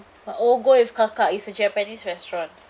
oh go with kakak it's a japanese restaurant